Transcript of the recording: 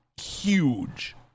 huge